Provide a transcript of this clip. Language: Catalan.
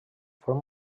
forma